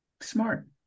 smart